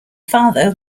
father